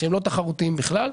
שהם לא תחרותיים בכלל.